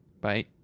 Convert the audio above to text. bye